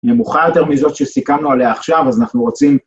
נמוכה יותר מזאת שסיכמנו עליה עכשיו, אז אנחנו רוצים...